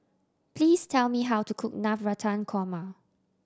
please tell me how to cook Navratan Korma